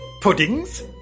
Puddings